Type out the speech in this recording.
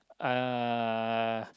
uh